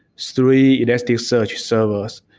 three elasticsearch servers,